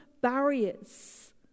barriers